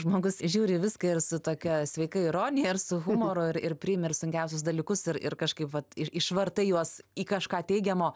žmogus žiūri į viską ir su tokia sveika ironija ir su humoru ir ir priimi ir sunkiausius dalykus ir ir kažkaip vat ir išvartai juos į kažką teigiamo